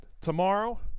tomorrow